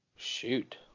Shoot